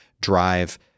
drive